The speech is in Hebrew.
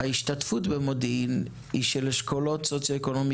ההשתתפות במודיעין היא של אשכולות סוציו-אקונומיים